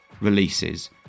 releases